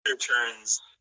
Turns